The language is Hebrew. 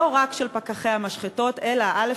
לא רק של פקחי המשחטות, אלא א.